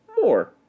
more